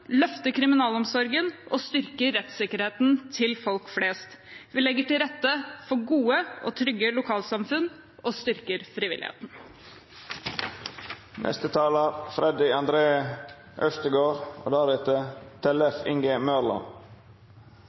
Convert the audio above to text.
løfter kriminalomsorgen og styrker rettssikkerheten til folk flest. Vi legger til rette for gode og trygge lokalsamfunn og styrker frivilligheten.